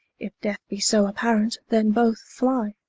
if death be so apparant, then both flye